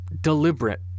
deliberate